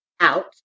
out